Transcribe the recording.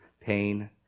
pain